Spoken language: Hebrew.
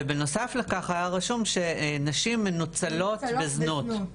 ובנוסף לכך היה רשום שנשים מנוצלות בזנות.